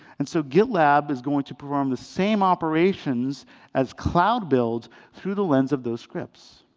and so gitlab is going to perform the same operations as cloud build through the lens of those scripts.